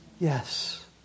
Yes